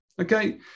Okay